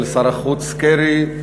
של שר החוץ קרי,